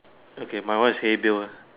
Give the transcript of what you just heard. okay my one is hair pure ah